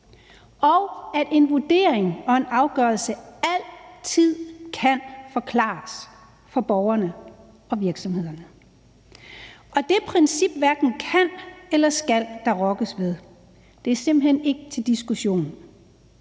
og at en vurdering og en afgørelse altid kan forklares for borgerne og virksomhederne. Det princip hverken kan eller skal der rokkes ved. Det er simpelt hen ikke til diskussion.